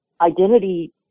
identity